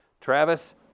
Travis